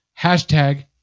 hashtag